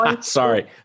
Sorry